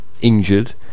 injured